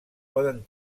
poden